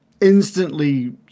instantly